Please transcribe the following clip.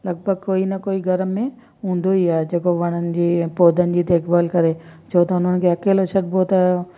लॻभॻि कोई न कोई घर में हूंदो ई आहे जेको वणनि जी पौधनि जी देखभाल करे छो त उन्हनि खे अकेलो छॾबो त